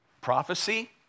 prophecy